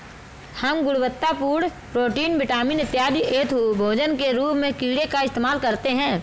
हम गुणवत्तापूर्ण protein, vitamin इत्यादि हेतु भोजन के रूप में कीड़े का इस्तेमाल करते हैं